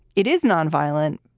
it is nonviolent.